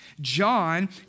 John